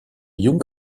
young